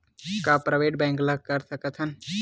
का private bank ले कर सकत हन?